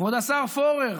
כבוד השר פורר,